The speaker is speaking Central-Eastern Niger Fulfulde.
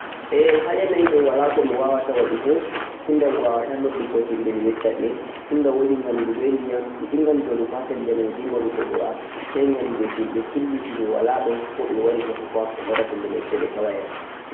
Ae ha yanayiɗo walako mi wawata waɗugo tunda mi wawata nuddugo himɓe mi yesh-shaɓe tunda wodi nyamdu be ndiyam midingan joɗugo ha pelle mai mi dinga waɗugo du'asai nyande himɓe hilliti mi walaɗun ko ɓe wari tefuko'am toɓe wari pelle mai sai ɓe tawa'am.